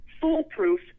foolproof